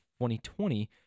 2020